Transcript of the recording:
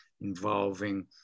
involving